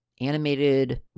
animated